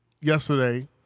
yesterday